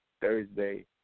Thursday